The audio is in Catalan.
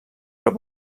però